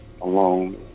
alone